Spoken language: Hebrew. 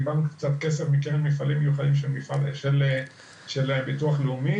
קיבלנו קצת כסף מהקרן של ביטוח לאומי.